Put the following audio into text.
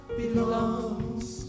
belongs